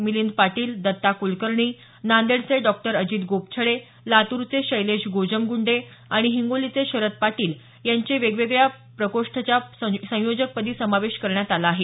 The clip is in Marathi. मिलिंद पाटील दत्ता कुलकर्णी नांदेडचे डॉक्टर अजित गोपछडे लातूरचे शैलेश गोजमगुंडे आणि हिंगोलीचे शरद पाटील यांचा वेगवेगळ्या प्रकोष्ठच्या संयोजकामध्ये समावेश करण्यात आला आहे